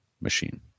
machine